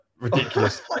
Ridiculous